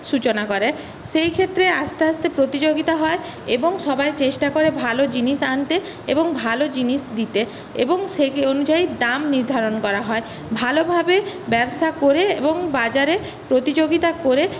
সূচনা করে সেই ক্ষেত্রে আস্তে আস্তে প্রতিযোগিতা হয় এবং সবাই চেষ্টা করে ভালো জিনিস আনতে এবং ভালো জিনিস দিতে এবং সেই অনুযায়ী দাম নির্ধারণ করা হয় ভালোভাবে ব্যবসা করে এবং বাজারে প্রতিযোগিতা করে